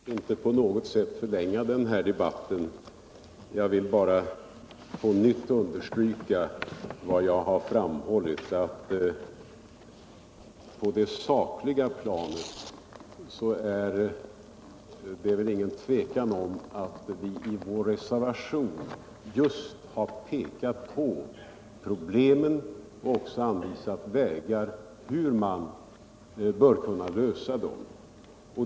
Herr talman! Jag skall inte på något sätt förlänga den här debatten. Jag vill bara på nytt understryka vad jag framhållit. På det sakliga planet råder inget tvivel om att vi i vår reservation just har pekat på problemen och också anvisat vägar hur man bör kunna lösa dem.